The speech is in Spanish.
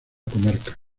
comarca